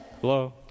Hello